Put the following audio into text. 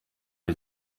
ari